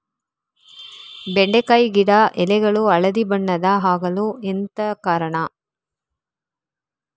ಬೆಂಡೆಕಾಯಿ ಗಿಡ ಎಲೆಗಳು ಹಳದಿ ಬಣ್ಣದ ಆಗಲು ಎಂತ ಕಾರಣ?